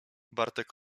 bartek